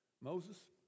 Moses